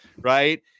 right